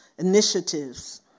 initiatives